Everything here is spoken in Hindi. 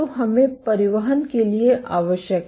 तो हमें परिवहन के लिए आवश्यक हैं